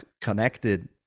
connected